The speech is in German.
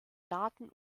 daten